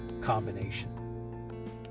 combination